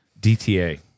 DTA